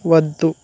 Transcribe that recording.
వద్దు